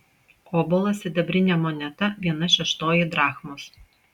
obolas sidabrinė moneta viena šeštoji drachmos